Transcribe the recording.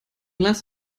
lass